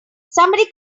somebody